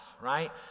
right